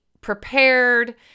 prepared